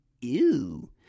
ew